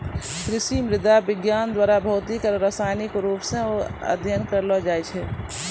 कृषि मृदा विज्ञान द्वारा भौतिक आरु रसायनिक रुप से अध्ययन करलो जाय छै